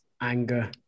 anger